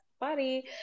body